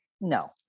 No